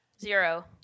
Zero